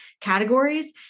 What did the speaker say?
categories